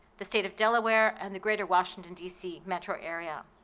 the state of delaware and the greater washington dc metro area.